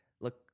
look